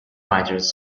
writers